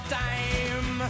time